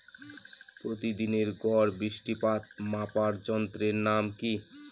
প্রতিদিনের গড় বৃষ্টিপাত মাপার যন্ত্রের নাম কি?